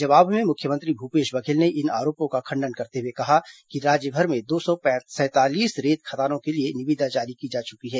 जवाब में मुख्यमंत्री भूपेश बघेल ने इन आरोपों का खंडन करते हुए कहा कि राज्यभर में दो सौ सैंतालीस रेत खदानों के लिए निविदा जारी की जा चुकी है